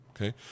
okay